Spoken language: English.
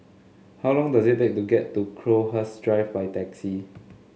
how long does it take to get to Crowhurst Drive by taxi